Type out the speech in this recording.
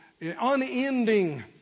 unending